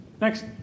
Next